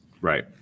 right